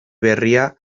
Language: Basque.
berria